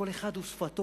כל אחד ושפתו.